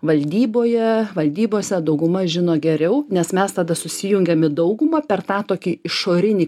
valdyboje valdybose dauguma žino geriau nes mes tada susijungiam į daugumą per tą tokį išorinį